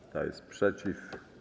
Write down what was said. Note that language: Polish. Kto jest przeciw?